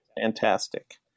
Fantastic